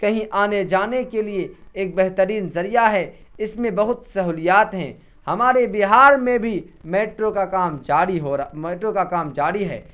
کہیں آنے جانے کے لیے ایک بہترین ذریعہ ہے اس میں بہت سہولیات ہیں ہمارے بہار میں بھی میٹرو کا کام جاری ہو رہا میٹرو کا کام جاری ہے